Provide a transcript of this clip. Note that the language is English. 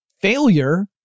failure